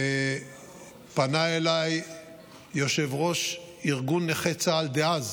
פנה אליי יושב-ראש ארגון נכי צה"ל דאז